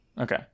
Okay